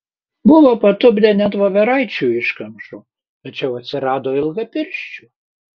buvo patupdę net voveraičių iškamšų tačiau atsirado ilgapirščių